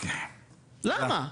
למה?